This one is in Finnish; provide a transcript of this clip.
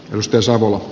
rystä sanoo